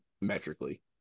metrically